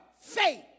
faith